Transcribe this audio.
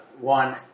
one